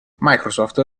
microsoft